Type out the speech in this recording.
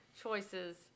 choices